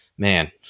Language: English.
Man